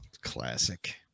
Classic